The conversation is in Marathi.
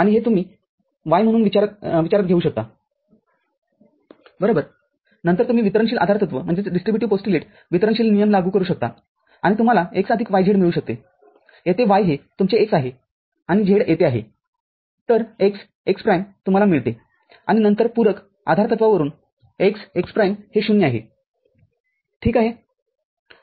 आणि हे तुम्ही y म्हणून विचारात घेऊ शकता बरोबर नंतर तुम्ही वितरणशील आधारतत्व वितरणशील नियम लागू करू शकता आणि तुम्हाला x आदिक yz मिळू शकते येथे y हे तुमचे x आहे आणि z येथे आहे तरx x प्राईम तुम्हाला मिळते आणि नंतर पूरक आधारतत्वावरून x x प्राईम हे ० आहे ठीक आहे